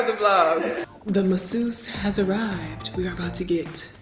ah the vlog. the masseuse has arrived. we are about to get